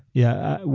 yeah,